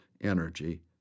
energy